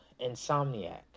Insomniac